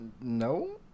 No